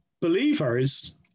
believers